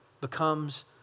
becomes